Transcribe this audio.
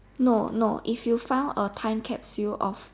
no no if you found a time capsule of